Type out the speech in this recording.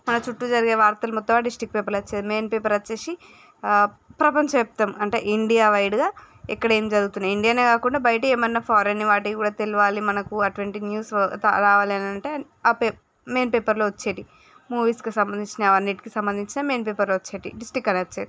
మన చుట్టూ జరిగే వార్తలు మొత్తం ఆ డిస్టిక్ పేపర్లో వచ్చేవి మెయిన్ పేపర్ వచ్చేసి ఆ ప్రపంచం వ్యాప్తం అంటే ఇండియా వైడ్గా ఎక్కడ ఏం జరుగుతున్నాయి ఇండియన్ కాకుండా బయట ఏమన్నా ఫారన్ వాటికి కూడా తెలవాలి మనకు అటువంటి న్యూస్ రావాలి అని అంటే ఆ పేపర్ మెయిన్ పేపర్లో వచ్చేటి మూవీస్కి సంబంధించిన అన్నింటికీ సంబంధించినవి మెయిన్ పేపర్లో వచ్చేటివి